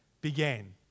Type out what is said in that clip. began